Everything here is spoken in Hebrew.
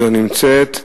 שלא נמצאת,